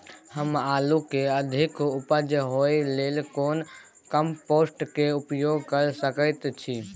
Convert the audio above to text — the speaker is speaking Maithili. हम आलू के अधिक उपज होय लेल कोन कम्पोस्ट के उपयोग कैर सकेत छी?